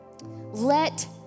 Let